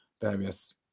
various